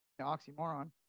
oxymoron